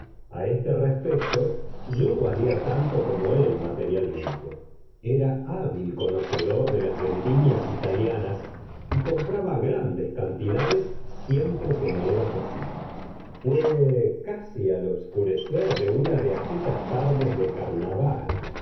a este respecto yo valía tanto como él materialmente era hábil conocedor de las vendimias italianas y compraba grandes cantidades siempre que me era posible fué casi al obscurecer de una de aquellas tardes de carnaval